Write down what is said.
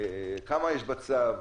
כמה יש בצו,